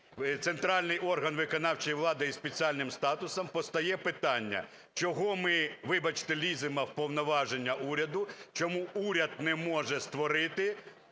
центральний орган виконавчої влади із спеціальним статусом, постає питання: чого ми, вибачте, ліземо в повноваження уряду? Чому уряд не може створити